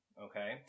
okay